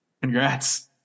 Congrats